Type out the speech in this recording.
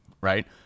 right